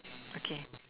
okay